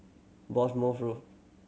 Bournemouth Road